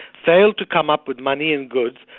failed to come up with money and goods,